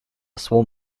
swarm